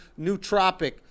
nootropic